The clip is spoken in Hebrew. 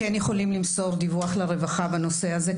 כן יכולים למסור דיווח לרווחה בנושא הזה,